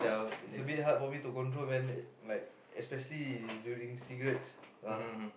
is a bit hard for me to control man like especially is doing cigarettes ah